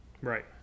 Right